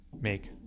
make